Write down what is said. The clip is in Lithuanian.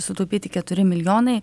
sutaupyti keturi milijonai